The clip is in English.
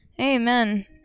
Amen